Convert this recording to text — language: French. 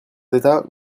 d’état